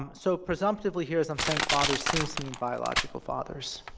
so presumptively here, as i'm saying, father seems to mean biological fathers.